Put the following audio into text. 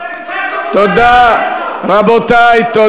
זה